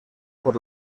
por